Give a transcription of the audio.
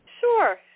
Sure